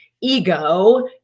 Ego